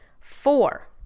Four